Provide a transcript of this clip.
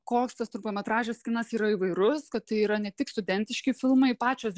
koks tas trumpametražis kinas yra įvairus kad tai yra ne tik studentiški filmai pačios